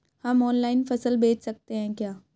हम ऑनलाइन फसल बेच सकते हैं क्या?